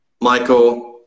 michael